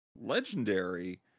legendary